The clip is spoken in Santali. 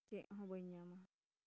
ᱪᱮᱫ ᱦᱚᱸ ᱵᱟᱹᱧ ᱧᱟᱢᱟ